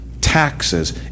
Taxes